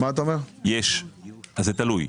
אז זה תלוי,